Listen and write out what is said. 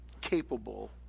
capable